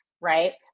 Right